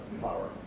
power